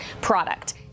product